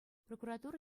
прокуратура